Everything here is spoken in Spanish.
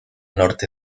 norte